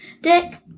dick